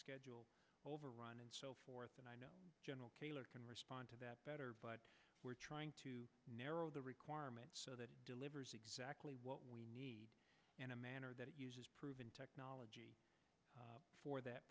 schedule overrun and so forth and i know general can respond to that better but we're trying to narrow the requirements so that delivers exactly what we need in a manner that is proven technology for that